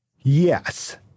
Yes